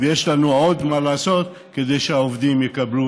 יש לנו עוד מה לעשות כדי שהעובדים יקבלו